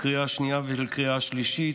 לקריאה השנייה ולקריאה השלישית,